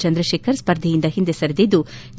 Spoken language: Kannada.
ಚಂದ್ರತೇಖರ್ ಸ್ಪರ್ಧೆಯಿಂದ ಹಿಂದೆ ಸರಿದಿದ್ಲು